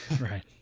Right